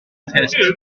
test